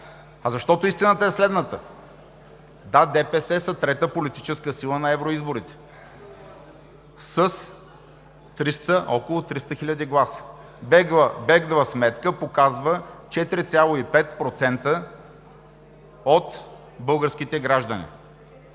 Истината е следната. Да, ДПС са трета политическа сила на евроизборите с около 300 хиляди гласове. Бегла сметка показва 4,5% от българските граждани.